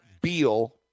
Beal